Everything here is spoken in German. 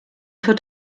für